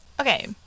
Okay